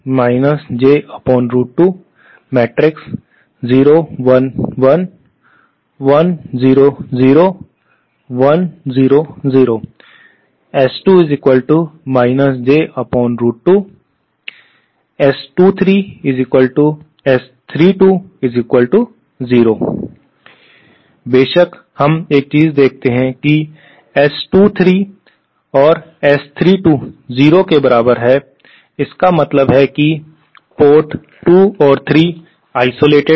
S j20 1 1 1 0 0 1 0 0 S2 j2 S23S320 बेशक हम एक चीज देखते हैं कि S23 S32 के बराबर है 0 के बराबर है जिसका मतलब है कि पोर्ट 2 और 3 आइसोलेटेड हैं